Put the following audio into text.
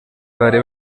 bari